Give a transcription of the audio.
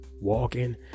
walking